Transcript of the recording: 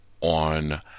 on